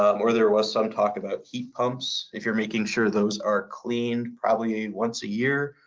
um or there was some talk about heat pumps, if you're making sure those are cleaned probably once a year,